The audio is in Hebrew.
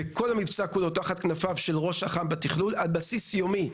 וכל המבצע כולו תחת כנפיו של ראש אח״מ בתכלול על בסיס יומי.